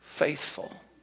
faithful